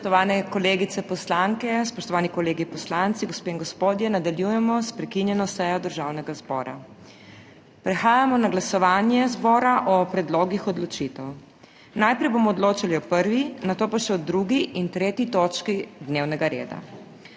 HOT: Spoštovane kolegice poslanke, spoštovani kolegi poslanci, gospe in gospodje! Nadaljujemo s prekinjeno sejo Državnega zbora. Prehajamo na glasovanje zbora o predlogih odločitev. Najprej bomo odločali o 1., nato pa še o 2. in 3. tretji točki dnevnega reda.